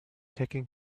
taking